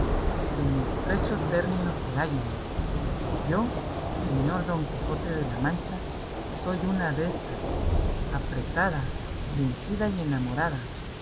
en estrecho término se hallan yo señor don quijote de la mancha soy una déstas apretada vencida y enamorada